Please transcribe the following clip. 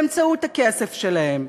באמצעות הכסף שלהם,